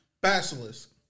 Basilisk